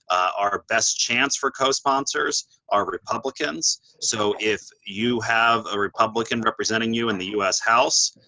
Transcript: our best chance for co-sponsors are republicans so if you have a republican representing you in the us house,